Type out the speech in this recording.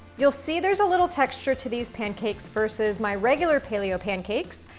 you'll see there's a little texture to these pancakes versus my regular paleo pancakes,